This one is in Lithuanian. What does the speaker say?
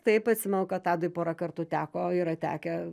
taip atsimenu kad tadui porą kartų teko yra tekę